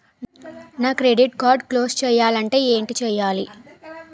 నా credit card close చేయాలంటే ఏంటి చేయాలి?